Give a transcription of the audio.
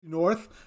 north